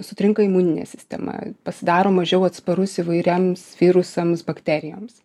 sutrinka imuninė sistema pasidaro mažiau atsparus įvairiems virusams bakterijoms